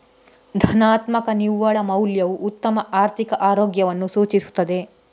ಧನಾತ್ಮಕ ನಿವ್ವಳ ಮೌಲ್ಯವು ಉತ್ತಮ ಆರ್ಥಿಕ ಆರೋಗ್ಯವನ್ನು ಸೂಚಿಸುತ್ತದೆ